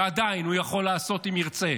ועדיין, הוא יכול לעשות אם ירצה,